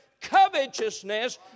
covetousness